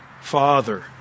Father